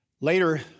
Later